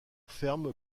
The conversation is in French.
ferme